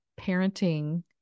parenting